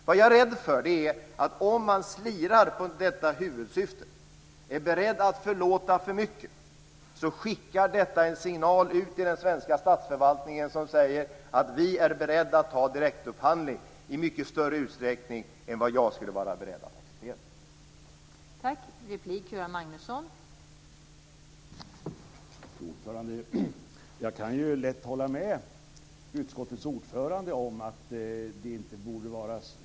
Vad jag är rädd för är att om man slirar från detta huvudsyfte, om man är beredd att förlåta för mycket, så skickar detta en signal ut i den svenska statsförvaltningen som säger att vi är beredda att ha direktupphandling i mycket större utsträckning än vad jag skulle vara beredd att acceptera.